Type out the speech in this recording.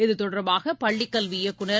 இதுதொடர்பாக பள்ளிக் கல்வி இயக்குநர்